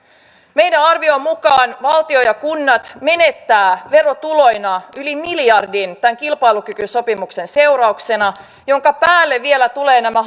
meidän arviomme mukaan valtio ja kunnat menettävät verotuloina yli miljardin tämän kilpailukykysopimuksen seurauksena ja sen päälle vielä tulevat nämä